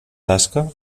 tasca